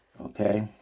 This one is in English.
okay